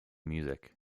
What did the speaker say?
music